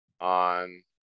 on